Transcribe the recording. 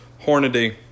hornady